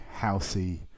housey